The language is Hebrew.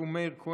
אדירה,